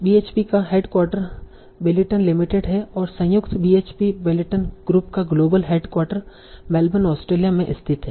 BHP का headquarter Billiton limited है और संयुक्त बीएचपी बिलिटन ग्रुप का ग्लोबल हेडक्वार्टर मेलबर्न ऑस्ट्रेलिया में स्थित है